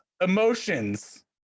emotions